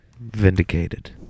Vindicated